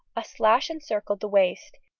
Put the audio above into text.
a sash encircled the waist,